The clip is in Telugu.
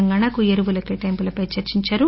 తెలంగాణకు ఎరువుల కేటాయింపులపై చర్చించారు